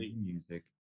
music